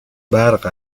برق